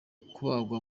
kubagwa